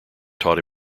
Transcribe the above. taught